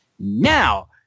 Now